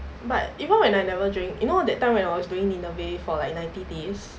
but even when I never drink you know that time when I was doing nineveh for like ninety days